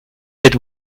êtes